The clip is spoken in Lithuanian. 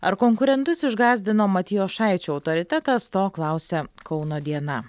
ar konkurentus išgąsdino matijošaičio autoritetas to klausia kauno diena